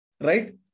Right